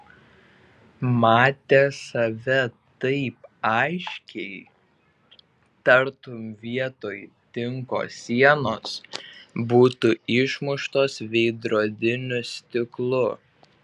matė save taip aiškiai tartum vietoj tinko sienos būtų išmuštos veidrodiniu stiklu